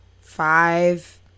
five